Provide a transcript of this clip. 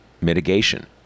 mitigation